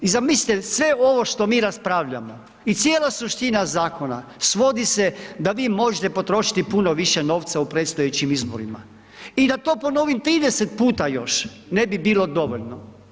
I zamislite sve ovo što mi raspravljamo i cijela suština zakona, svodi se da vi možete potrošiti puno više novaca u predstojećim izborima i da to ponovim 30 puta još ne bi bilo dovoljno.